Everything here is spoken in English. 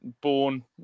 born